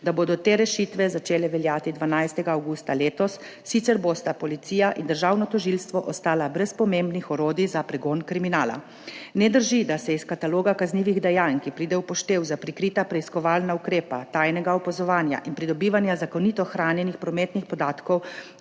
da bodo te rešitve začele veljati 12. avgusta letos, sicer bosta policija in državno tožilstvo ostala brez pomembnih orodij za pregon kriminala. Ne drži, da se iz kataloga kaznivih dejanj, ki pride v poštev za prikrita preiskovalna ukrepa tajno opazovanje in pridobivanje zakonito hranjenih prometnih podatkov,